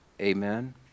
Amen